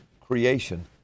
creation